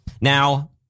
Now